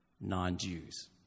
non-Jews